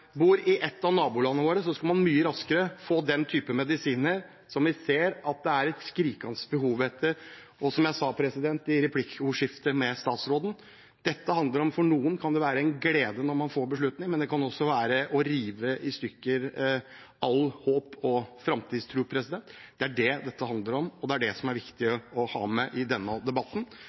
bor i et av nabolandene våre, skal man mye raskere få den type medisiner, som vi ser at det er et skrikende behov etter? Som jeg sa i replikkordskiftet med statsråden, handler dette om at for noen kan det være en glede når man får beslutning, men det kan også være å rive i stykker alt håp og all framtidstro. Det er det dette handler om, og det er det som er viktige å ha med i denne debatten.